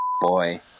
boy